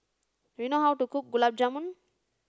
do you know how to cook Gulab Jamun